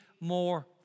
more